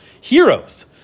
Heroes